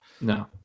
No